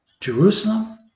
Jerusalem